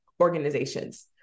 organizations